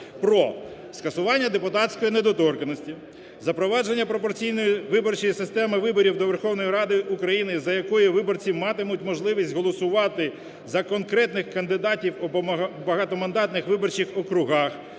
про: скасування депутатської недоторканності, запровадження пропорційної виборчої системи виборів до Верховної Ради України, за якою виборці матимуть можливість голосувати за конкретних кандидатів у багатомандатних виборчих округах